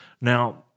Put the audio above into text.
Now